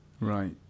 Right